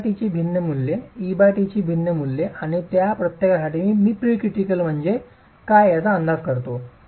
ht ची भिन्न मूल्ये et ची भिन्न मूल्ये आणि त्या प्रत्येकासाठी मी Pcritical म्हणजे काय याचा अंदाज करतो